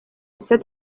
said